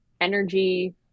energy